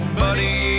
buddy